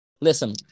listen